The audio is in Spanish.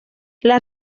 las